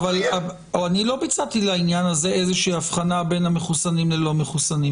לא ביצעתי לעניין הזה איזושהי בין המחוסנים ללא מחוסנים.